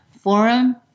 forum